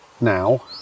now